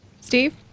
Steve